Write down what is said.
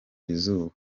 izuba